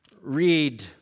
read